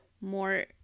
more